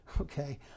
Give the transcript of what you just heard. Okay